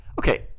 Okay